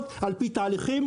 אתה מוכן להתחייב לזה?